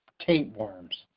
tapeworms